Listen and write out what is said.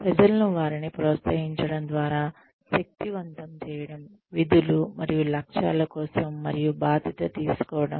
ప్రజలను వారిని ప్రోత్సహించడం ద్వారాశక్తివంతం చేయడం విధులు మరియు లక్ష్యాల కోసం మరియు బాధ్యత తీసుకోవడం